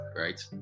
right